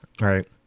Right